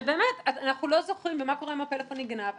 באמת, אנחנו לא זוכרים, מה קורה אם הפלאפון נגנב?